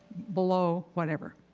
below, whatever.